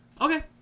Okay